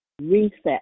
reset